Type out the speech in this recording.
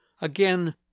Again